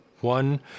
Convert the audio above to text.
one